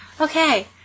Okay